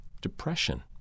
depression